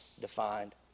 defined